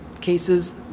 cases